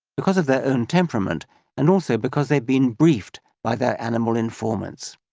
because of their own temperament and also because they've been briefed by their animal informants.